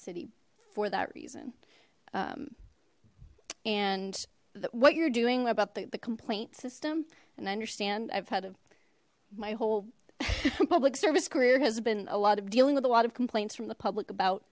city for that reason and what you're doing what about the complaint system and i understand i've had my whole public service career has been a lot of dealing with a lot of complaints from the public about